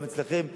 גם אצלכם,